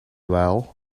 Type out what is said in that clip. well